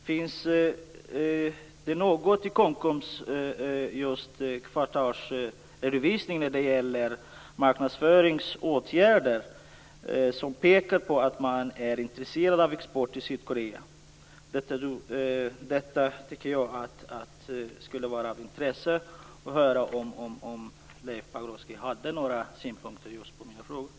Finns det något i Kockums kvartalsredovisning när det gäller marknadsföringsåtgärder som pekar på att man är intresserad av export till Sydkorea? Jag tycker att det skulle vara av intresse att höra om Leif Pagrotsky har några synpunkter på mina frågor.